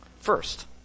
First